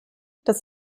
das